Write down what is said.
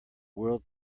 world